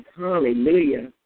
hallelujah